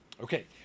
Okay